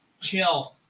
Chill